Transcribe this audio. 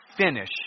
finish